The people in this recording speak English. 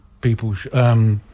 people